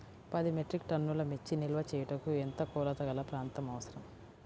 పది మెట్రిక్ టన్నుల మిర్చి నిల్వ చేయుటకు ఎంత కోలతగల ప్రాంతం అవసరం?